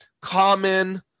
common